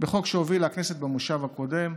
בחוק שהובילה הכנסת במושב הקודם,